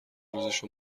روزشو